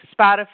Spotify